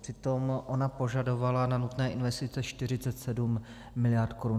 Přitom ona požadovala na nutné investice 47 miliard korun.